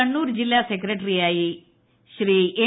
കണ്ണൂർ ജില്ലാ സെക്രട്ടറിയായി എം